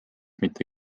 mitte